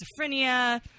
schizophrenia